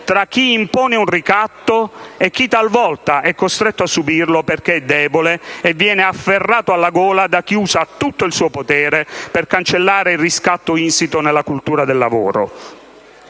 tra chi impone un ricatto e chi talvolta è costretto a subirlo perché è debole e viene afferrato alla gola da chi usa tutto il suo potere per cancellare il riscatto insito nella cultura del lavoro.